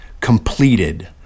completed